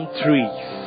trees